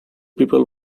people